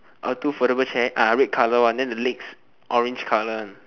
uh two foldable chair ah red colour one then the legs orange colour one